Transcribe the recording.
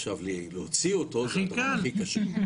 עכשיו להוציא אותו זה הכי קשה.